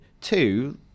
Two